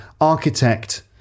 architect